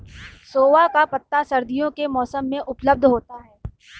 सोआ का पत्ता सर्दियों के मौसम में उपलब्ध होता है